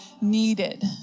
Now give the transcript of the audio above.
needed